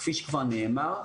כפי שכבר נאמר,